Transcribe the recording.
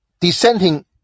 dissenting